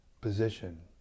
position